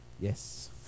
Yes